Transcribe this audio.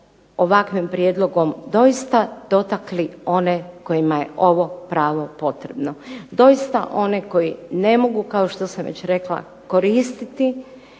ovakvim prijedlogom doista dotakli one kojima je ovo pravo potrebno, doista one koji ne mogu kao što sam već rekla koristiti